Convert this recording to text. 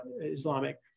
Islamic